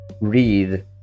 read